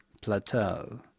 Plateau